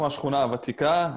אנחנו השכונה הוותיקה.